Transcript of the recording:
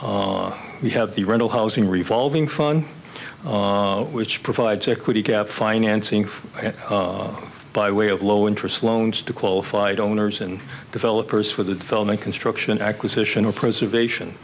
credits we have the rental housing revolving fun which provides equity gap financing by way of low interest loans to qualified owners and developers for the film and construction acquisition or preservation